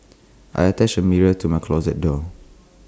I attached A mirror to my closet door